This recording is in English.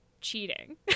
cheating